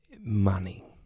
money